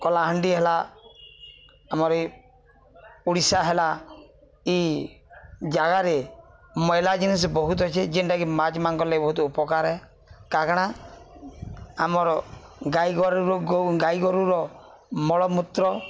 କଲାହାଣ୍ଡି ହେଲା ଆମର ଏଇ ଓଡ଼ିଶା ହେଲା ଏଇ ଜାଗାରେ ମଇଳା ଜିନିଷ ବହୁତ ଅଛେ ଯେନ୍ଟାକି ମାଛ୍ମାନକେ ଲାଗେ ବହୁତ ଉପକାର କାଗଣା ଆମର ଗାଈଗୋରୁରୁ ଗାଈ ଗୋରୁର ମଳମୂତ୍ର